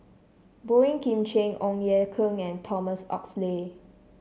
Boey Kim Cheng Ong Ye Kung and Thomas Oxley